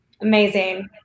Amazing